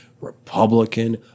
republican